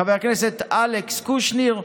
חבר הכנסת אלכס קושניר,